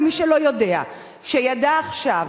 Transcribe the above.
ומי שלא יודע שידע עכשיו: